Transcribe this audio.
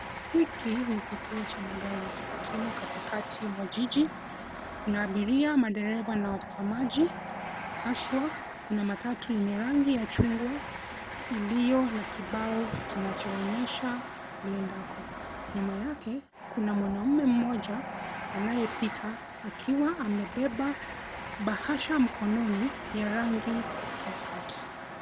Hiki ni kituo cha magari; kimo katikati mwa jiji, kuna abiria, madereva na watazamaji haswa kuna matatu yenye rangi ya machungwa iliyo na kibao kinachoonyesha iendako. Nyuma yake kuna mwanaume mmoja, anayepita akiwa amebeba bahasha mkononi ya rangi ya kaki.